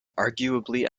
arguably